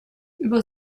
über